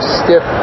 stiff